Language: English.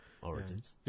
Origins